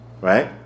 Right